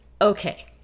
Okay